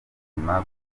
buzima